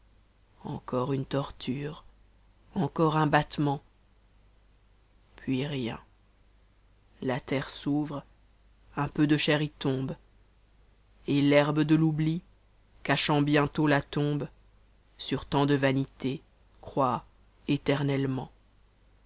encoro uce torture encore an battement puis rien la terre s'ouvre m peu do chair y tombe et l'herbe de l'oubli cachant menmt la tombe sur tant de vanité crott éternellement